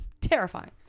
Terrifying